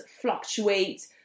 fluctuate